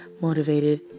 motivated